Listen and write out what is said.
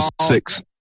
six